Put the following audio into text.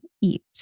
eat